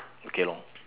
okay lor